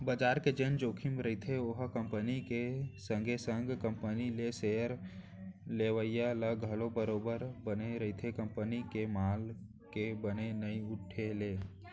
बजार के जेन जोखिम रहिथे ओहा कंपनी के संगे संग कंपनी के सेयर लेवइया ल घलौ बरोबर बने रहिथे कंपनी के माल के बने नइ उठे ले